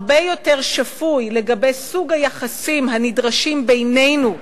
הרבה יותר שפוי, לגבי סוג היחסים הנדרשים בינינו,